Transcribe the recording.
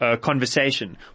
conversation